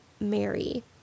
Mary